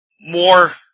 more